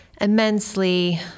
immensely